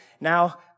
Now